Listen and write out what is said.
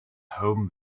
home